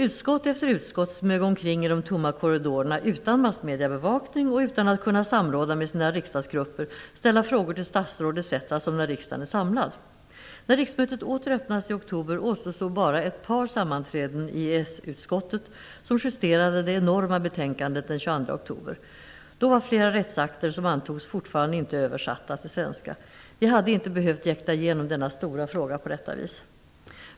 Utskott efter utskott smög omkring i de tomma korridorerna, utan massmediebevakning och utan att kunna samråda med sina riksdagsgrupper, ställa frågor till statsråd etc., som när rikdagen är samlad. När riksmötet åter öppnats i oktober återstod bara ett par sammanträden i EES-utskottet, som justerade det enorma betänkandet den 22 oktober. Då var flera rättsakter som antogs fortfarande inte översatta till svenska. Vi hade inte behövt jäkta igenom denna stora fråga på detta vis.